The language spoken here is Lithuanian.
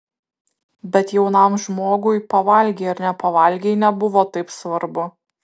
bet jaunam žmogui pavalgei ar nepavalgei nebuvo taip svarbu